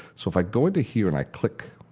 so if i go into here and i click